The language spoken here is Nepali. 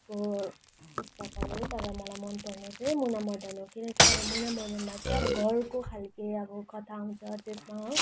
को पुस्तकहरू तर मलाई मनपर्ने चाहिँ मुनामदन हो किनकि अब मुनामदनमा चाहिँ अब घरको खालको अब कथा आउँछ त्यसमा हो